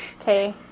okay